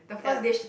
ya